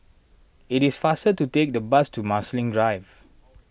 it is faster to take the bus to Marsiling Drive